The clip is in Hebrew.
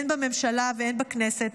הן בממשלה והן בכנסת,